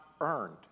earned